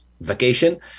vacation